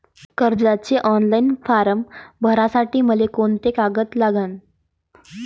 कर्जाचे online form भरासाठी मले कोंते कागद लागन?